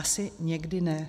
Asi někdy ne.